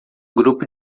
grupo